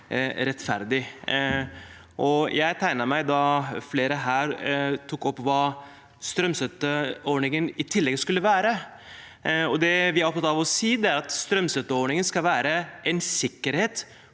rettferdig. Jeg tegnet meg da flere her tok opp hva strømstøtteordningen i tillegg skulle være. Det vi er opptatt av å si, er at strømstøtteordningen skal være en sikkerhet